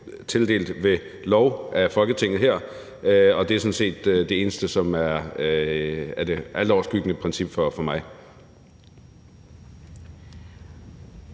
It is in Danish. tildelt ved lov af Folketinget her, og det er sådan set det eneste, som er det altoverskyggende princip for mig.